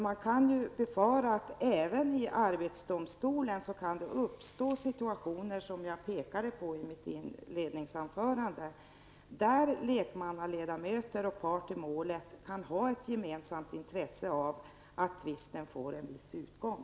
Man kan befara att det även i arbetsdomstolen kan uppstå sådana situationer som jag pekade på i mitt inledningsanförande, där en part i målet och lekmannaledamöterna kan ha ett gemensamt intresse av att tvisten skall få en viss utgång.